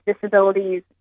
disabilities